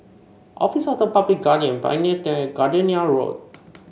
Office of the Public Guardian Pioneer Turn and Gardenia Road